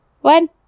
one